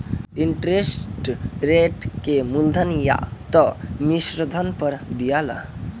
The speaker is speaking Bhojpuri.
इंटरेस्ट रेट के मूलधन या त मिश्रधन पर दियाला